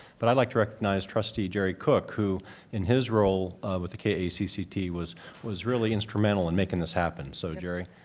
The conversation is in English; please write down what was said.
but i'd like to recognize trustee jerry cook who in his role with the kacct was was really instrumental in making this happen. so, jerry,